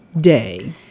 Day